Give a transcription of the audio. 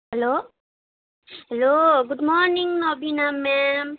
hello hello good morning Abina ma'am